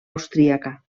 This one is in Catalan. austríaca